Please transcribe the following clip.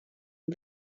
and